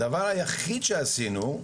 הדבר היחיד שעשינו,